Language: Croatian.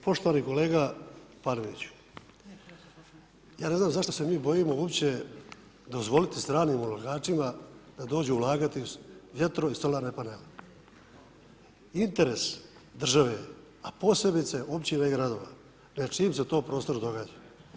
Poštovani kolega Paneniću, ja ne znam zašto se mi bojim uopće dozvoliti stranim ulagačima da dođu ulagati u vjetro i solarne panele je interes države a posebice općina i gradova na čijem se to prostoru događa.